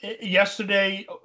yesterday